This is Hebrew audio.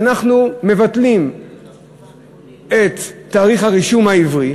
אנחנו מבטלים את תאריך הרישום העברי.